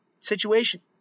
situation